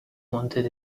wanted